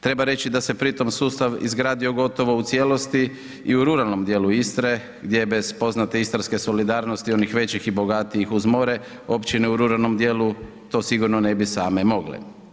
Treba reći da se pri tome sustav izgradio gotovo u cijelosti i u ruralnom dijelu Istre gdje bez poznate istarske solidarnosti onih većih i bogatijih uz more općine u ruralnom dijelu to sigurno ne bi same mogle.